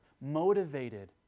motivated